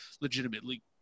legitimately